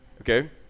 okay